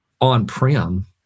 on-prem